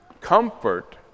comfort